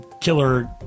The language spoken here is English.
killer